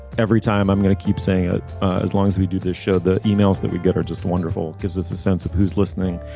every time i'm going to keep saying it as long as we do this show the yeah e-mails that we get are just wonderful gives us a sense of who's listening.